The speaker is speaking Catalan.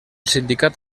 sindicat